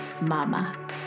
Mama